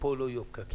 פה לא יהיו פקקים.